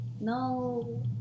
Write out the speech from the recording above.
No